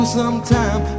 sometime